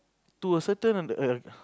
to a certain a